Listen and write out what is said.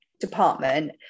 department